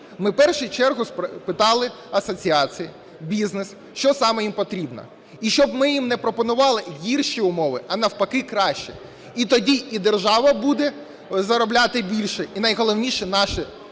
в першу чергу питали асоціації, бізнес, що саме їм потрібно. І щоб ми їм не пропонували гірші умови, а навпаки кращі. І тоді і держав буде заробляти більше і найголовніше, наші